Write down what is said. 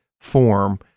form